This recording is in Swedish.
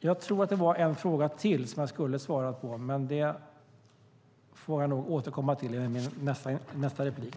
Jag tror att det var en fråga till som jag skulle svara på, men jag får återkomma till den i min nästa replik.